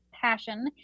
passion